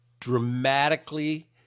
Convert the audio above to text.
dramatically